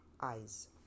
eyes